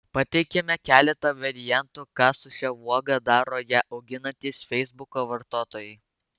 pateikiame keletą variantų ką su šia uoga daro ją auginantys feisbuko vartotojai